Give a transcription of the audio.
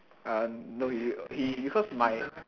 ah no he he because my